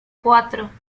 cuatro